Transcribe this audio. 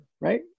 right